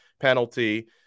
penalty